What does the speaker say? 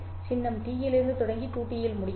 சின்னம் T இலிருந்து தொடங்கி 2T இல் முடிகிறது